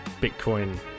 Bitcoin